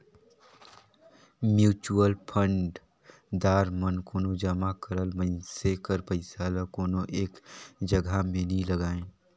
mutual fund दार मन कोनो जमा करल मइनसे कर पइसा ल कोनो एक जगहा में नी लगांए